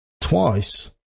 twice